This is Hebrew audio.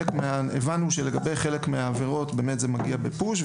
הבנו שלגבי חלק מהעבירות זה מגיע בפוש,